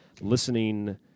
listening